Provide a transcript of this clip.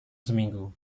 seminggu